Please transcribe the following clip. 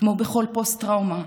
כמו בכל פוסט-טראומה,